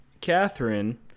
Catherine